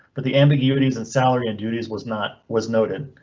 but the ambiguities and salary and duties was not was noted.